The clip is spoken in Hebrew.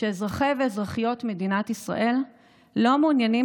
שאזרחי ואזרחיות מדינת ישראל לא מעוניינים